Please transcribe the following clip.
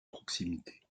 proximité